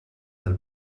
del